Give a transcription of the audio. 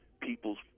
people's